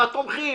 התומכים,